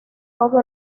todo